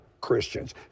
Christians